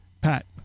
Pat